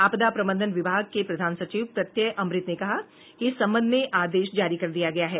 आपदा प्रबंधन विभाग के प्रधान सचिव प्रत्यय अमृत ने कहा कि इस संबंध में आदेश जारी कर दिया गया है